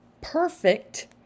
perfect